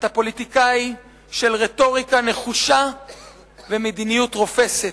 אתה פוליטיקאי של רטוריקה נחושה ומדיניות רופסת.